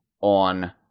on